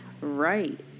Right